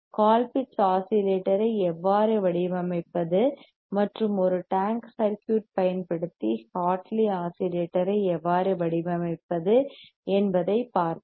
Colpitts ஆஸிலேட்டரை எவ்வாறு வடிவமைப்பது மற்றும் ஒரு டேங்க் சர்க்யூட் பயன்படுத்தி ஹார்ட்லி ஆஸிலேட்டரை எவ்வாறு வடிவமைப்பது என்பதைப் பார்த்தோம்